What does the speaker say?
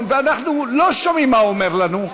ואנחנו לא שומעים מה הוא אומר לנו,